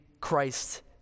Christ